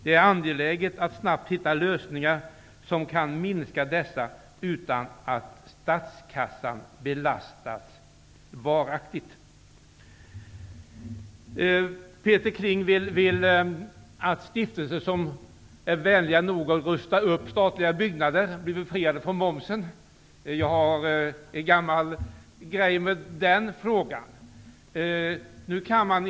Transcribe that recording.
Det är angeläget att snabbt hitta lösningar som kan minska dessa utan att statskassan belastas varaktigt. Peter Kling vill att stiftelser som är vänliga nog att vilja rusta upp statliga byggnader skall bli befriade från momsen. Den frågan är en gammal bekant för mig.